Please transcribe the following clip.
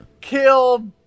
kill